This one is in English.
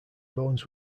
bones